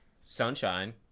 sunshine